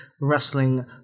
wrestling